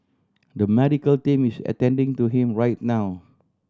the medical team is attending to him right now